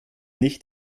nicht